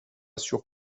sur